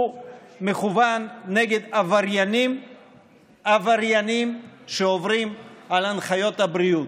הוא מכוון נגד עבריינים שעוברים על הנחיות הבריאות,